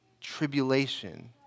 tribulation